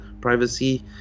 privacy